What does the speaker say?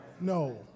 no